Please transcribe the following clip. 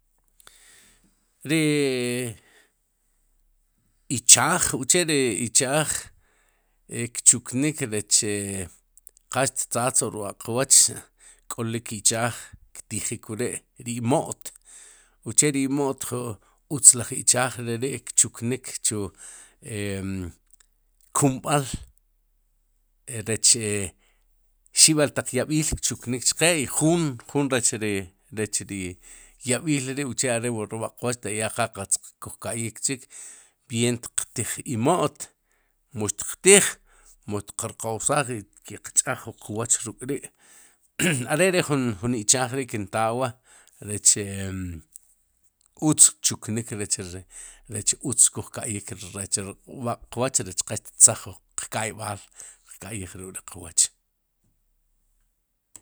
Ri ichaaj uche'ri ichaaj e chuknik reche e qal ttzatz wu rb'aq'qwooch cha' kólik ichaaj ktijik wre' ri imo't, uche'ri imo't ju utz laj ichaaj re ri'kchuknik kchuknik e chu kumb'al rech e rech xib'al taq laj yab'iil kchuknik chqe i juun jun rech ri rech ri yab'iil ri'uche are'wu rb'aqp qwooch ta ya qal qatz kuj ka'yik chik bieen tiq tij imo't, mut qtij mu xtiqrqowsaj, mu xtiq ch'aj wu qwoch ruk'ri' are'ri jun ichaaj kin taa wa' rech e utz kchuknik rech ri rech uzt kuj ka'yik rech rb'aq'qwwoch rech qa tzaj wu qka'yb'al qka'yij ruk'ri qwoch.